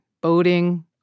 boating